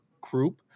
group